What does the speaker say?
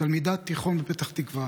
תלמידת תיכון בפתח תקווה,